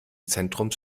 zentrums